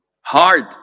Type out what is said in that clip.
hard